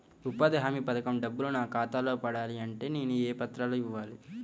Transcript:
ఉపాధి హామీ పథకం డబ్బులు నా ఖాతాలో పడాలి అంటే నేను ఏ పత్రాలు ఇవ్వాలి?